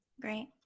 great